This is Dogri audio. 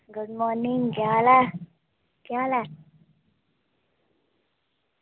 गुड मार्निंग केह् हाल ऐ केह् हाल ऐ